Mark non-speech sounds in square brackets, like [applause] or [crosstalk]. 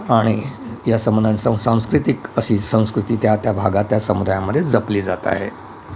आणि या [unintelligible] सांस्कृतिक अशी संस्कृती त्या त्या भागात त्या समुदायामध्ये जपली जात आहे